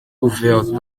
ouvertes